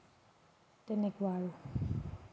তেনেকুৱা আৰু